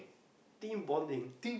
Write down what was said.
team bonding